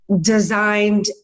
designed